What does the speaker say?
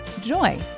joy